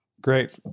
Great